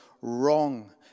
wrong